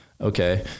Okay